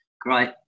great